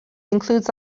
includes